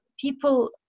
people